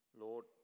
Lord